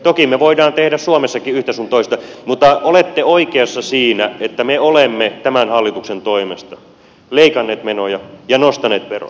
toki me voimme tehdä suomessakin yhtä sun toista mutta olette oikeassa siinä että me olemme tämän hallituksen toimesta leikanneet menoja ja nostaneet veroja